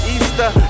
Easter